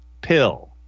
pill